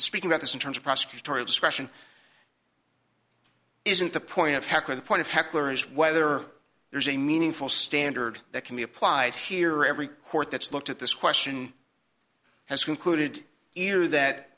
speak about this in terms of prosecutorial discretion isn't the point of heckling the point of heckler and whether there's a meaningful standard that can be applied here every court that's looked at this question has concluded either that